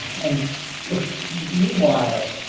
and meanwhile,